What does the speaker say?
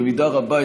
במידה רבה,